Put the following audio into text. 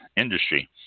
industry